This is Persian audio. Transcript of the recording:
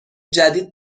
جدید